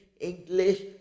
English